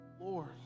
Lord